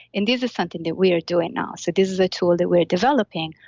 and this is something that we are doing now. so, this is a tool that we're developing,